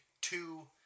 two